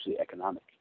economic